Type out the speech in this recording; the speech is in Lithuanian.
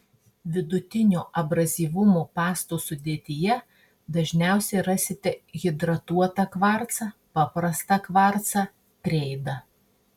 vidutinio abrazyvumo pastų sudėtyje dažniausiai rasite hidratuotą kvarcą paprastą kvarcą kreidą